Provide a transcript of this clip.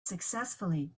successfully